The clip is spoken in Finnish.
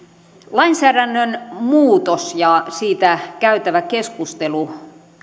lainsäädännön muutos ja siitä käytävä keskustelu